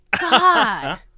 god